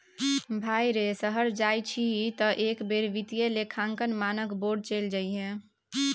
भाय रे शहर जाय छी तँ एक बेर वित्तीय लेखांकन मानक बोर्ड चलि जइहै